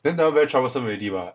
then that [one] very troublesome already mah